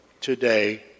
today